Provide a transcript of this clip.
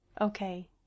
Okay